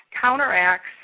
counteracts